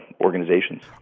organizations